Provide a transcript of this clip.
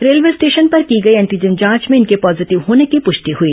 railway station पर की गई एंटीजन जांच में इनके पॉजीटिव होने की पृष्टि हई